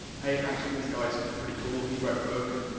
hey, actually this guy's pretty cool, he wrote a book and,